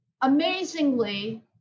amazingly